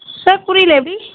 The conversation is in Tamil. சார் புரியல எப்படி